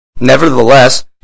nevertheless